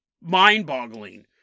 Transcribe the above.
mind-boggling